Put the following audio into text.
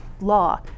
law